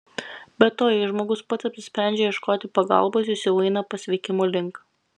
be to jei žmogus pats apsisprendžia ieškoti pagalbos jis jau eina pasveikimo link